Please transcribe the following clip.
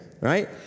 right